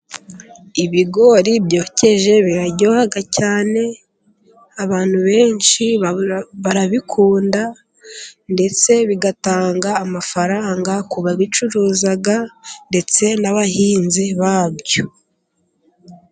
Ibigori byokeje biraryoha cyane, abantu benshi barabikunda ndetse bitanga amafaranga ku babicuruza ndetse n'abahinzi babyo.